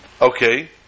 Okay